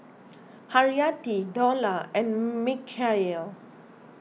Haryati Dollah and Mikhail